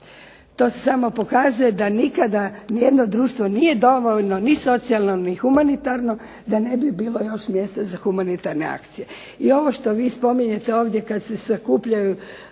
To samo pokazuje da nikada ni jedno društvo nije dovoljno ni socijalno ni humanitarno, da ne bi bilo još mjesta za humanitarne akcije. I ovo što vi spominjete ovdje kada se sakupljaju